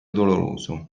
doloroso